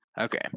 Okay